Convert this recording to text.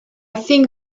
think